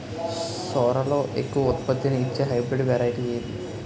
సోరలో ఎక్కువ ఉత్పత్తిని ఇచే హైబ్రిడ్ వెరైటీ ఏంటి?